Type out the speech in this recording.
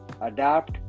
adapt